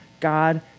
God